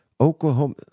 Oklahoma